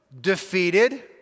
defeated